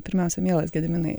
pirmiausia mielas gediminai